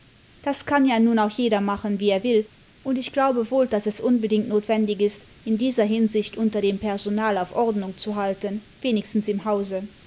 das kann ja nun auch jeder machen wie er will und ich glaube wohl daß es unbedingt notwendig ist in dieser hinsicht imter dem personal auf ordnung zu halten wenigstens im hause